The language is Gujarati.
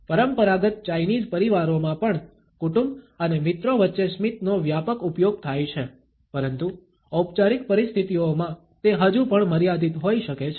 પરંપરાગત ચાઇનીઝ પરિવારોમાં પણ કુટુંબ અને મિત્રો વચ્ચે સ્મિતનો વ્યાપક ઉપયોગ થાય છે પરંતુ ઔપચારિક પરિસ્થિતિઓમાં તે હજુ પણ મર્યાદિત હોઈ શકે છે